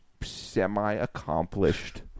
semi-accomplished